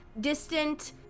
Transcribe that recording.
distant